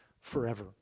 forever